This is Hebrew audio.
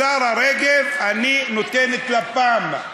לשרה רגב אני נותן את לפ"מ,